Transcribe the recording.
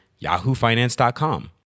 yahoofinance.com